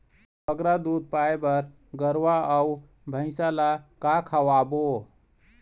बगरा दूध पाए बर गरवा अऊ भैंसा ला का खवाबो?